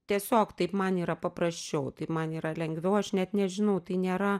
tiesiog taip man yra paprasčiau taip man yra lengviau aš net nežinau tai nėra